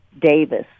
Davis